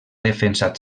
defensat